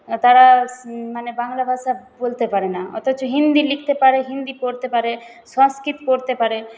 তারা মানে বাংলা ভাষা বলতে পারে না অথচ হিন্দি লিখতে পারে হিন্দি পড়তে পারে সংস্কৃত পড়তে পারে